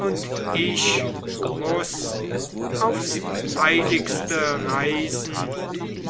und ich muß aufs eiligste reisen